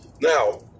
Now